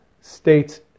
states